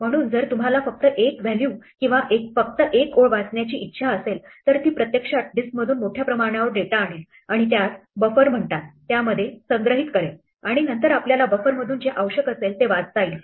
म्हणून जर तुम्हाला फक्त एक व्हॅल्यू किंवा फक्त एक ओळ वाचण्याची इच्छा असेल तरी ती प्रत्यक्षात डिस्कमधून मोठ्या प्रमाणावर डेटा आणेल आणि त्यास बफर म्हणतात त्यामध्ये संग्रहित करेल आणि नंतर आपल्याला बफरमधून जे आवश्यक असेल ते वाचता येईल